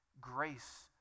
grace